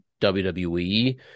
WWE